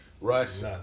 Russ